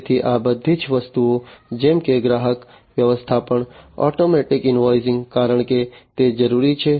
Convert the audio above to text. તેથી આ બધી વસ્તુઓ જેમ કે ગ્રાહક વ્યવસ્થાપન ઓટોમેટિક ઇન્વોઇસિંગ કારણ કે તે જરૂરી છે